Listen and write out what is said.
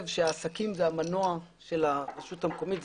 שהעסקים הם המנוע של הרשות המקומית,